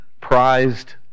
prized